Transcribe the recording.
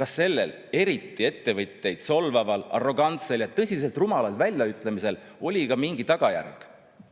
Kas sellel, eriti ettevõtteid solvaval arrogantsel ja tõsiselt rumalalt väljaütlemisel oli ka mingi tagajärg?